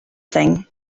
thing